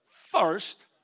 first